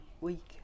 week